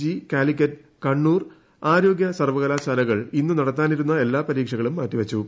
G Calicut Kannur ആരോഗ്യ സർവ്വകലാശാലകൾ ഇന്ന് നടത്താനിരുന്ന എല്ലാ പരീക്ഷകളും മാറ്റിവച്ചു